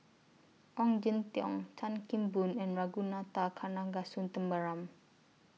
Ong Jin Teong Chan Kim Boon and Ragunathar Kanagasuntheram